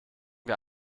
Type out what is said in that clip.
wir